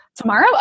tomorrow